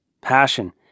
passion